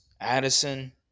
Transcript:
Addison